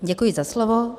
Děkuji za slovo.